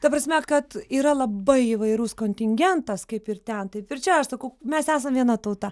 ta prasme kad yra labai įvairus kontingentas kaip ir ten taip ir čia aš sakau mes esam viena tauta